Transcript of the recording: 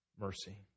mercy